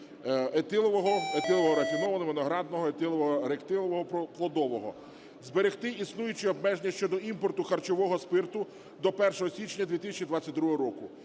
етилового рафінованого, виноградного, етилового ректифікованого плодового; зберегти існуючі обмеження щодо імпорту харчового спирту до 1 січня 2022 року.